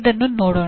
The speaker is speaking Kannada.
ಇದನ್ನು ನೋಡೋಣ